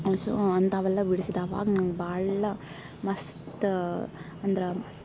ಮನಸು ಅಂಥಾವೆಲ್ಲ ಬಿಡಿಸಿದಾವಾಗ ಭಾಳ ಮಸ್ತ ಅಂದ್ರ ಮಸ್ತ